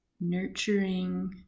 nurturing